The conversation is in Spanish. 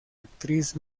actriz